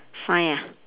sign ah